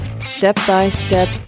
step-by-step